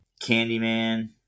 Candyman